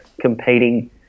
competing